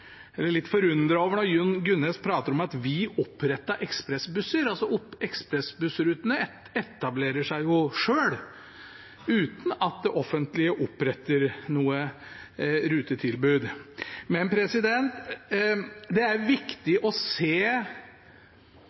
litt forundret da Jon Gunnes pratet om at vi opprettet ekspressbusser. Ekspressbussrutene etablerer seg jo selv, uten at det offentlige oppretter noe rutetilbud. Det er viktig å se